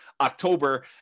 October